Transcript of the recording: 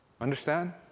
Understand